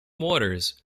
waters